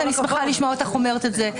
אני שמחה לשמוע אותך אומרת את זה.